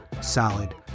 solid